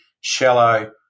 shallow